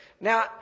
Now